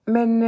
Men